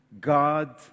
God